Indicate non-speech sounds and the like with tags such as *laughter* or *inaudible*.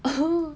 *noise*